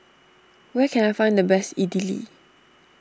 where can I find the best Idili